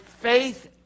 faith